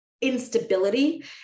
instability